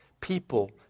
people